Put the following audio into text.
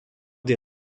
des